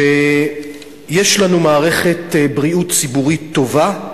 שיש לנו מערכת בריאות ציבורית טובה,